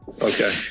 Okay